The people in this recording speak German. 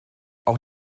auch